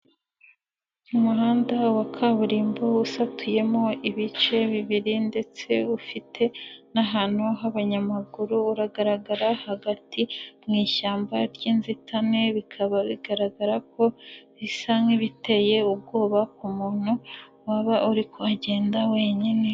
Umuhanda wa kaburimbo usatuyemo ibice bibiri ndetse ufite n'ahantu h'abanyamaguru, uragaragara hagati mu ishyamba ry'inzitane, bikaba bigaragara ko bisa nk'ibiteye ubwoba ku muntu waba uri kuhagenda wenyine